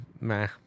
meh